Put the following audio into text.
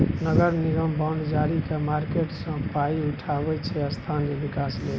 नगर निगम बॉड जारी कए मार्केट सँ पाइ उठाबै छै स्थानीय बिकास लेल